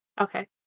Okay